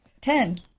Ten